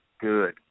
good